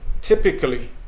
typically